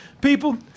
People